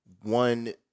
one